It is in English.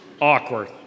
Awkward